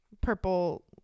purple